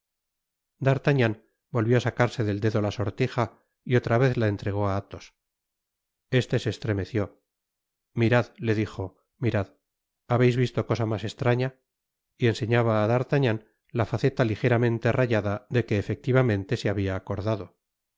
d'artagnan volvió á sacarse del dedo la sortija y otra vez la entregó á athos este se estremeció mirad le dijo mirad habeis visto cosa mas estraña y enseñaba á d'artagnan la faceta ligeramente rayada de que efectivamente se habia acordado